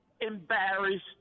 embarrassed